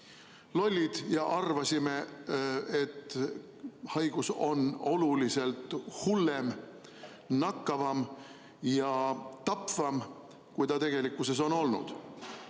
lollid ja arvasime, et haigus on oluliselt hullem, nakkavam ja tapvam, kui ta tegelikkuses on olnud.